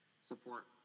support